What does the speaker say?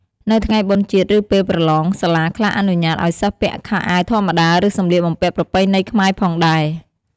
នៅថ្ងៃបុណ្យជាតិ ឬពេលប្រឡង សាលាខ្លះអនុញ្ញាតឲ្យសិស្សពាក់ខោអាវធម្មតា ឬសំលៀកបំពាក់ប្រពៃណីខ្មែរផងដែរ។